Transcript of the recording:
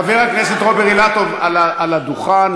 חבר הכנסת רוברט אילטוב על הדוכן.